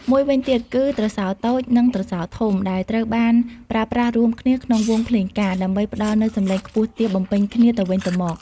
មួយវិញទៀតគឺ ទ្រសោតូច និង ទ្រសោធំ ដែលត្រូវបានប្រើប្រាស់រួមគ្នាក្នុងវង់ភ្លេងការ ដើម្បីផ្តល់នូវសំឡេងខ្ពស់ទាបបំពេញគ្នាទៅវិញទៅមក។